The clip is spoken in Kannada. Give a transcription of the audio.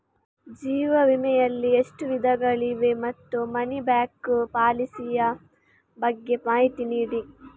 ಜೀವ ವಿಮೆ ಯಲ್ಲಿ ಎಷ್ಟು ವಿಧಗಳು ಇವೆ ಮತ್ತು ಮನಿ ಬ್ಯಾಕ್ ಪಾಲಿಸಿ ಯ ಬಗ್ಗೆ ಮಾಹಿತಿ ನೀಡಿ?